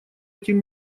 этим